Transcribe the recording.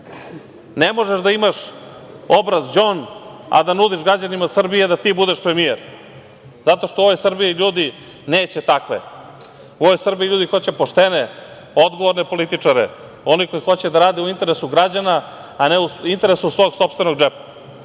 Ne možeš da imaš obraz-đon, a da nudiš građanima Srbije da ti budeš premijer, zato što u ovoj Srbiji ljudi neće takve.U ovoj Srbiji ljudi hoće poštene, odgovorne političare, one koji hoće da rade u interesu građana, a ne u interesu svog sopstvenog džepa.